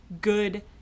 good